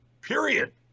period